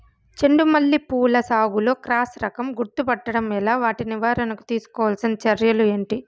చెండు మల్లి పూల సాగులో క్రాస్ రకం గుర్తుపట్టడం ఎలా? వాటి నివారణకు తీసుకోవాల్సిన చర్యలు ఏంటి?